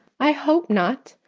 i hope not,